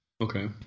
Okay